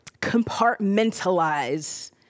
compartmentalize